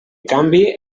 canvi